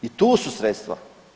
I tu su sredstva.